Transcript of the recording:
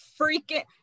Freaking